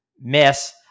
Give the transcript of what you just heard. miss